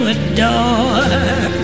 adore